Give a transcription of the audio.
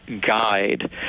guide